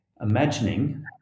imagining